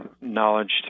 knowledge